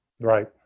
Right